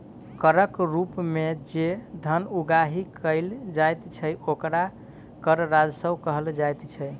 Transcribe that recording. करक रूप मे जे धन उगाही कयल जाइत छै, ओकरा कर राजस्व कहल जाइत छै